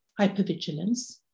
hypervigilance